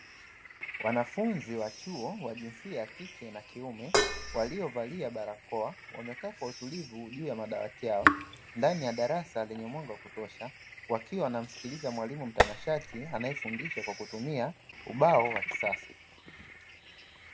Wanafunzi wa chuo wa jinsia ya kike na kiume waliovalia barakoa wamekaa kwa utulivu juu ya madawati yao ndani ya darasa lenye mwanga wa kutosha, wakiwa wanasikiliza mwalimu mtanashati anayefundisha kwa kutumia ubao wa kisasa.